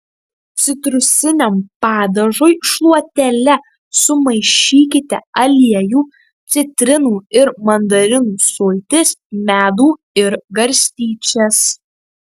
citrusiniam padažui šluotele sumaišykite aliejų citrinų ir mandarinų sultis medų ir garstyčias